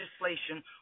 legislation